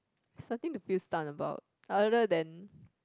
there's nothing to feel stunned about other than